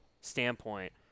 standpoint